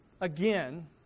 again